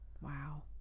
Wow